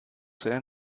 seine